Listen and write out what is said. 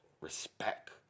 Respect